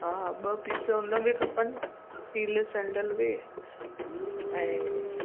हा ॿ पीस हुनखे खपनि हील सैंडिल उहे ऐं